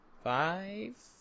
Five